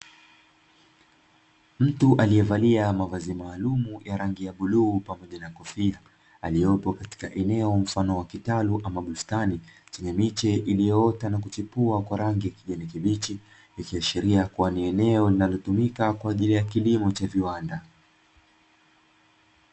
Mtu aliyevalia mavazi maalumu ya rangi ya bluu pamoja na kofia, aliopo katika eneo mfano wa kitalu ama bustani chenye miche iliyoota na kuchepua kwa rangi ya kijani kibichi, ikiashiria kuwa ni eneo linalotumika kwa ajili ya kilimo cha viwanda.